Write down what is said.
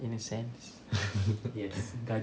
in a sense